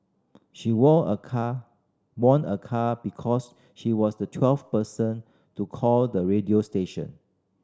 she war a car won a car because she was the twelfth person to call the radio station